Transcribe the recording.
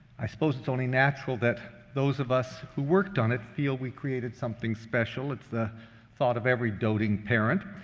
i suppose it's only natural that those of us who worked on it feel we created something special. it's the thought of every doting parent.